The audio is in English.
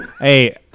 Hey